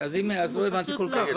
אז לא הבנתי כל כך.